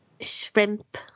shrimp